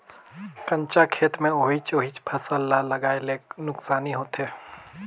कंचा खेत मे ओहिच ओहिच फसल ल लगाये ले नुकसानी होथे